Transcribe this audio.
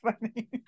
funny